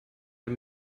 den